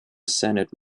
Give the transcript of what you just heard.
senate